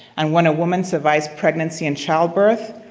and when a woman survives pregnancy and childbirth,